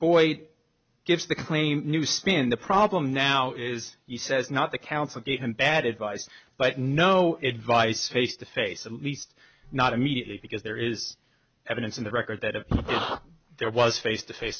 boyd gives the claim new spin the problem now is he says not the council gave him bad advice but no advice face to face at least not immediately because there is evidence in the record that if there was face to face